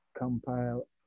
Compile